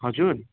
हजुर